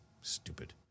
Stupid